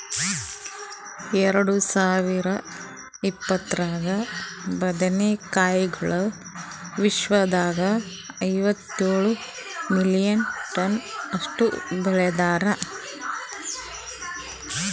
ಎರಡು ಸಾವಿರ ಇಪ್ಪತ್ತರಾಗ ಬದನೆ ಕಾಯಿಗೊಳ್ ವಿಶ್ವದಾಗ್ ಐವತ್ತೇಳು ಮಿಲಿಯನ್ ಟನ್ಸ್ ಅಷ್ಟು ಬೆಳದಾರ್